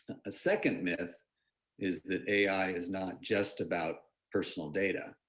a second myth is that ai is not just about personal data.